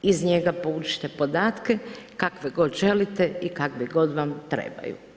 Iz njega poučite podatke kakve god želite i kakvi god vam trebaju.